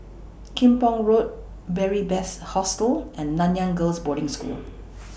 Kim Pong Road Beary Best Hostel and Nanyang Girls' Boarding School